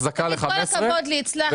תגיד: "כל הכבוד לי, הצלחתי".